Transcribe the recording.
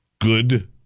good